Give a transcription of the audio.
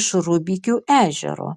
iš rubikių ežero